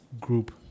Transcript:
group